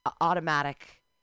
automatic